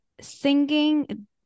singing